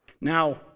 now